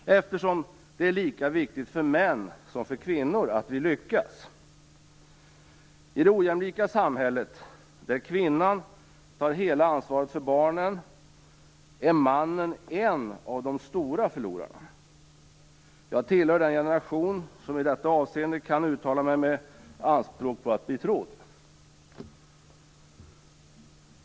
Det är ju lika viktigt för män som för kvinnor att vi lyckas. I det ojämlika samhället, där kvinnan tar hela ansvaret för barnen, är mannen en av de stora förlorarna. Jag tillhör den generation som i detta avseende kan uttala sig med anspråk på att bli trodd.